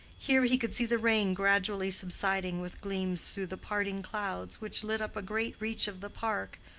here he could see the rain gradually subsiding with gleams through the parting clouds which lit up a great reach of the park,